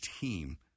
team